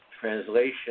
translation